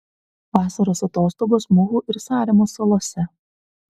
vasaros atostogos muhu ir saremos salose